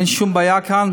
אין שום בעיה כאן.